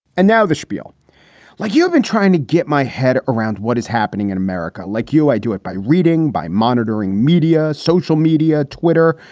and now the spiel like you have been trying to get my head around what is happening in america. like you, i do it by reading, by monitoring media, social media, twitter,